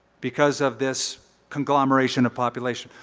because of this conglomeration of population.